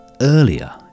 earlier